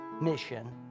mission